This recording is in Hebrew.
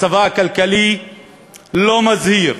מצבה הכלכלי לא מזהיר,